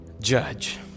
judge